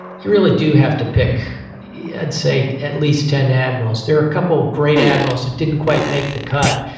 you really do have to pick, yeah i'd say, at least ten admirals. there are a couple great admirals that didn't quite make the cut.